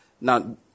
Now